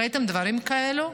ראיתם דברים כאלו?